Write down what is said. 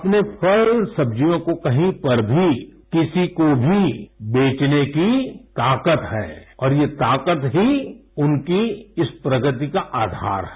अपने फल सब्जियों को कहीं पर भी किसी को भी बेचने की ताकत है और ये ताकत ही उनकी इस प्रगति का आघार है